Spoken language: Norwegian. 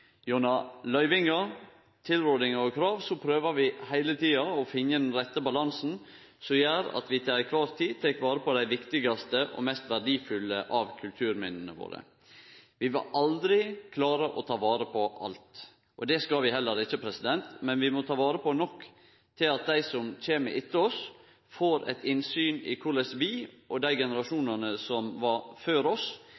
Gjennom løyvingar, tilrådingar og krav prøver vi heile tida å finne den rette balansen som gjer at vi til kvar tid tek vare på dei viktigaste og mest verdifulle av kulturminna våre. Vi vil aldri klare å ta vare på alt. Det skal vi heller ikkje, men vi må ta vare på nok til at dei som kjem etter oss, får eit innsyn i korleis vi og dei